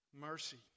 mercy